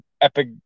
epic